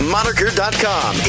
Moniker.com